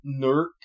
Nerk